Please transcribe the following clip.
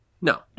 No